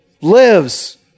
lives